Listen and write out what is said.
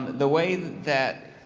the way that